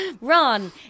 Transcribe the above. Ron